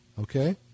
Okay